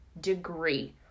degree